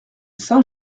saint